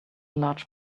large